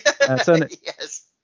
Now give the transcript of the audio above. Yes